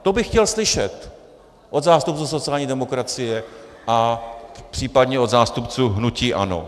To bych chtěl slyšet od zástupců sociální demokracie a případně od zástupců hnutí ANO.